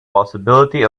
possibility